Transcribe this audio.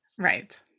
Right